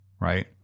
right